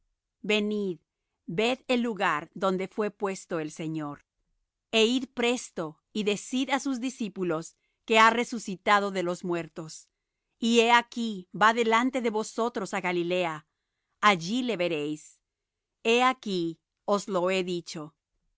venid ved el lugar donde fué puesto el señor e id presto decid á sus discípulos que ha resucitado de los muertos y he aquí va delante de vosotros á galilea allí le veréis he aquí os lo he dicho